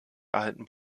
erhalten